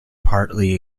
partly